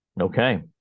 Okay